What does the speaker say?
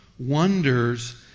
wonders